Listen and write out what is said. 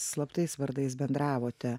slaptais vardais bendravote